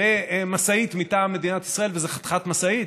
במשאית מטעם מדינת ישראל, וזו חתיכת משאית.